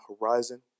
horizon